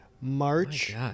March